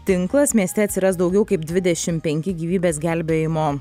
tinklas mieste atsiras daugiau kaip dvidešimt penki gyvybės gelbėjimo